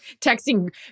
texting